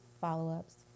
follow-ups